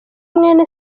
mwene